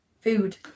food